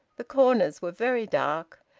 the corners were very dark.